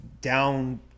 down